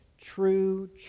true